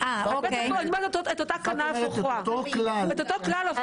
אני אומרת את אותו כלל אבל הפוך.